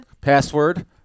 Password